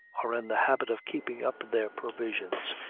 are in the habit of keeping up their provisions,